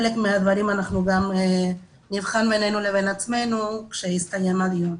חלק מהדברים אנחנו גם נבחן בינינו לבין עצמנו כשיסתיים הדיון.